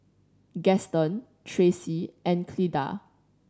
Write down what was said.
Gaston Traci and Cleda